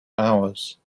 hours